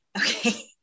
Okay